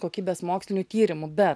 kokybės mokslinių tyrimų be